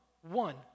one